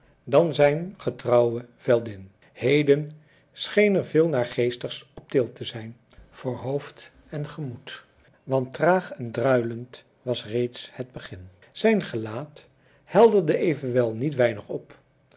dan zijn getrouwe veldin heden scheen er veel naargeestigs op til te zijn voor hoofd en gemoed want traag en druilend was reeds het begin zijn gelaat helderde evenwel niet weinig op